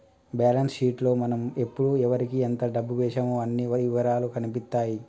balance sheet లో మనం ఎప్పుడు ఎవరికీ ఎంత డబ్బు వేశామో అన్ని ఇవరాలూ కనిపిత్తాయి